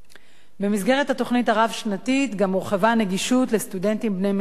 במסגרת התוכנית הרב-שנתית גם הורחבה הנגישות לסטודנטים בני מיעוטים,